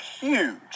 huge